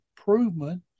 improvement